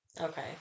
Okay